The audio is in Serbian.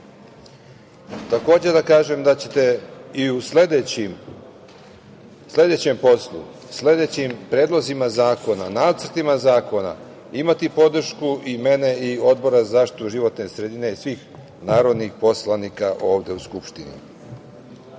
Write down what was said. redu. Takođe da kažem da ćete i u sledećem poslu, sledećim predlozima zakona, nacrtima zakona, imati podršku i mene i Odbora za zaštitu životne sredine svih narodnih poslanika ovde u Skupštini,